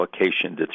allocation